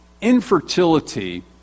Infertility